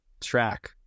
track